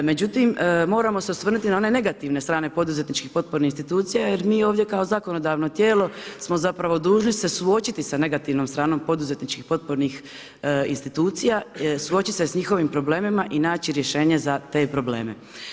Međutim, moramo se osvrnuti na one negativne strane poduzetničkih potpornih institucija jer mi ovdje kao zakonodavno tijelo smo zapravo dužni se suočiti sa negativnom stranom poduzetničkih potpornih institucija, suočiti se s njihovim problemima i naći rješenje za te probleme.